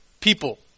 people